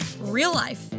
real-life